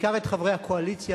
בעיקר את חברי הקואליציה,